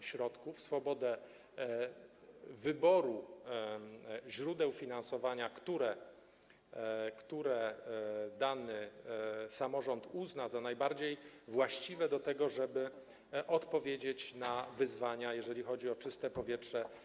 środków, swobodę wyboru źródeł finansowania, które dany samorząd uzna za najbardziej właściwe do tego, żeby odpowiedzieć na wyzwania, z którymi się boryka, jeżeli chodzi o czyste powietrze.